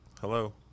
hello